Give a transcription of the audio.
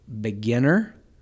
beginner